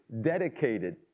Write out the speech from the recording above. dedicated